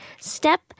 step